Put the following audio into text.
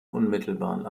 unmittelbaren